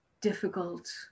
difficult